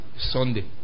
Sunday